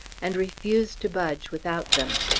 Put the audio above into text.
and refuse to budge without them.